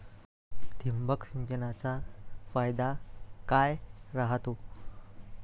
ठिबक सिंचनचा फायदा काय राह्यतो?